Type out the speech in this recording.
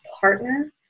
partner